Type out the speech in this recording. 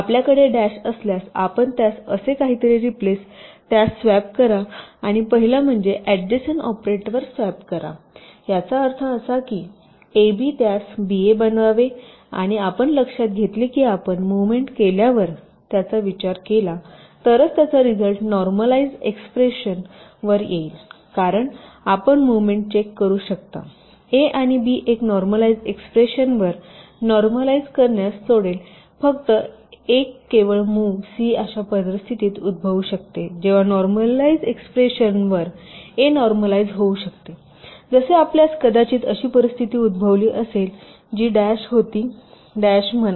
आपल्याकडे डॅश असल्यास आपण त्यास असे काहीतरी रिप्लेस त्यास स्वॅप करा आणि पहिला म्हणजे ऍड्जसेन्ट ऑपरेंडवर स्वॅप करा याचा अर्थ असा की ab त्यास ba बनवावे आणि आपण लक्षात घेतले की आपण मुव्हमेंट केल्यावर आम्ही त्याचा विचार केला तरच त्याचा रिजल्ट नॉर्मलाइझ एक्सप्रेशन वर येईल कारण आपण मुव्हमेंट चेक करू शकता ए आणि बी एक नॉर्मलाइझ एक्सप्रेशन वर नॉर्मलाइझ करणात सोडेल फक्त एक केवळ मुव्ह सी अशा परिस्थितीत उद्भवू शकते जेव्हा नॉर्मलाइझ एक्सप्रेशन वर अ नॉर्मलाइझ होऊ शकते जसे आपल्यास कदाचित अशी परिस्थिती उद्भवली असेल जी डॅश होती डॅश म्हणा